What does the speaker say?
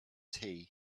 tea